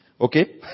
Okay